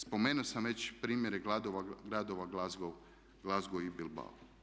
Spomenuo sam već primjere gradova Glasgow i Bilbao.